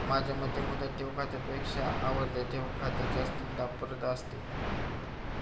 माझ्या मते मुदत ठेव खात्यापेक्षा आवर्ती ठेव खाते जास्त लाभप्रद असतं